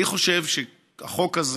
אני חושב שהחוק הזה